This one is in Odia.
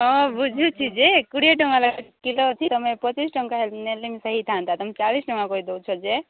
ହଁ ବୁଝୁଛି ଯେ କୋଡ଼ିଏ ଟଙ୍କା ଲେଖା କିଲୋ ଅଛି ତମେ ପଚିଶ୍ ଟଙ୍କା ନେଲେ ହେଇଥାନ୍ତା ତମେ ଚାଳିଶ ଟଙ୍କା କହି ଦେଉଛ ଯେ